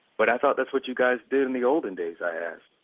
but i thought that's what you guys did in the olden days, i asked.